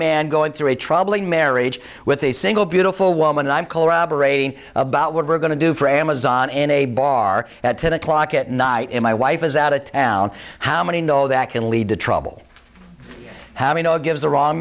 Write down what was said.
man going through a troubling marriage with a single beautiful woman i'm collaborating about what we're going to do for amazon in a bar at ten o'clock at night in my wife is out of town how many know that can lead to trouble how you know it gives the wrong